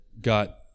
got